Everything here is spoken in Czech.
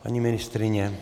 Paní ministryně?